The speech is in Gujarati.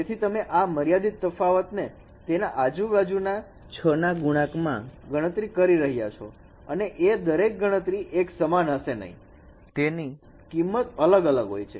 તેથી તમે આ મર્યાદિત તફાવતને તેના આજુબાજુના 6 ના ગુણાંકમાં ગણતરી કરી રહ્યા છો અને એ દરેક ગણતરી એક સમાન હશે નહીં તેની કિંમત અલગ અલગ હોય છે